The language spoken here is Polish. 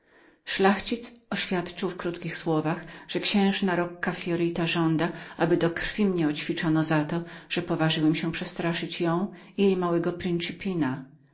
jegomość oświadczył w krótkich wyrazach że księżna de rocca fiorita kazała aby do krwi mnie oćwiczono za to że poważyłem się ją przestraszyć również jak jej małego